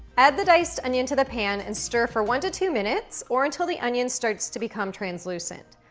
add the diced onion to the pan and stir for one to two minutes, or until the onion starts to become translucent.